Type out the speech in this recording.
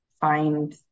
find